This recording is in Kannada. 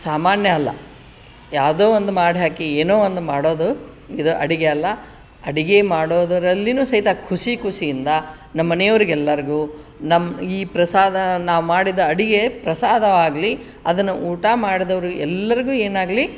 ಸಾಮಾನ್ಯ ಅಲ್ಲ ಯಾವುದೋ ಒಂದು ಮಾಡಿ ಹಾಕಿ ಏನೋ ಒಂದು ಮಾಡೋದು ಇದು ಅಡುಗೆ ಅಲ್ಲ ಅಡುಗೆ ಮಾಡೋದ್ರಲ್ಲಿಯೂ ಸಹಿತ ಖುಷಿ ಖುಷಿಯಿಂದ ನಮ್ಮ ಮನೆಯವ್ರಿಗೆ ಎಲ್ಲರಿಗೂ ನಮ್ಮ ಈ ಪ್ರಸಾದ ನಾವು ಮಾಡಿದ ಅಡುಗೆ ಪ್ರಸಾದ ಆಗಲಿ ಅದನ್ನು ಊಟ ಮಾಡಿದವರು ಎಲ್ಲರಿಗೂ ಏನಾಗಲಿ